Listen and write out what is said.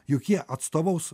juk jie atstovaus